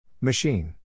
Machine